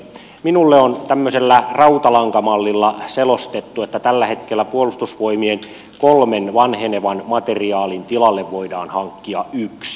minulle on tämmöisellä rautalankamallilla selostettu että tällä hetkellä puolustusvoimien kolmen vanhenevan materiaalin tilalle voidaan hankkia yksi